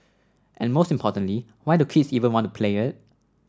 and most importantly why do kids even want to play it